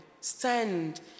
Stand